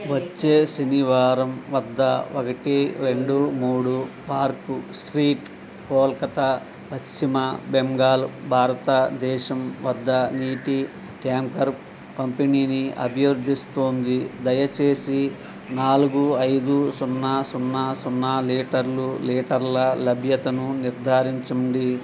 వచ్చే శనివారం వద్ద ఒకటి రెండు మూడు పార్క్ స్ట్రీట్ కోల్కతా పశ్చిమ బెంగాల్ భారతదేశం వద్ద నీటి ట్యాంకర్ పంపిణీని అభ్యర్థిస్తోంది దయచేసి నాలుగు ఐదు సున్నా సున్నా సున్నా లీటర్లు లీటర్ల లభ్యతను నిర్ధారించండి